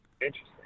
Interesting